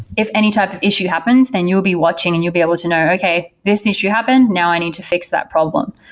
if any type of issue happens, then you will be watching and you'd be able to know. okay, this issue happened. now i need to fix that problem.